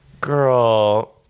Girl